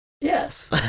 yes